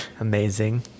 amazing